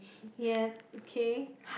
ya okay